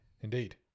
Indeed